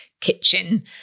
kitchen